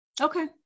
Okay